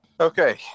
Okay